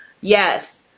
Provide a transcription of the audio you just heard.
yes